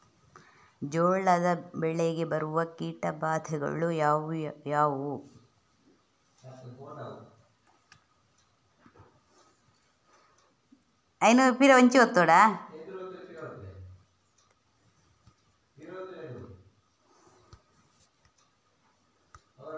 ಜೋಳದ ಬೆಳೆಗೆ ಬರುವ ಕೀಟಬಾಧೆಗಳು ಯಾವುವು?